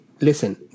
listen